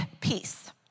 peace